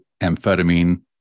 Amphetamine